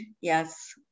Yes